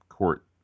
court